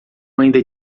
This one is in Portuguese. ainda